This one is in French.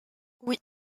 oui